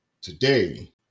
today